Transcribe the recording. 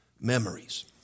memories